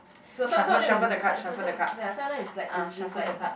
so some some of them some of them is like if is like